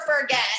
forget